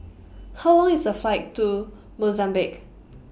How Long IS The Flight to Mozambique